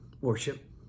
worship